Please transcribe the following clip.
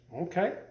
Okay